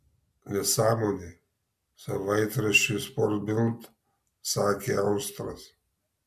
nesąmonė savaitraščiui sport bild sakė austras